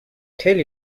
tell